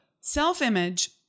self-image